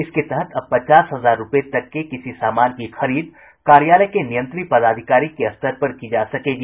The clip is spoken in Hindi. इसके तहत अब पचास हजार रूपये तक के किसी सामान की खरीद कार्यालय के नियंत्री पदाधिकारी के स्तर पर की जा सकेगी